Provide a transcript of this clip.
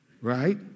Right